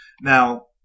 Now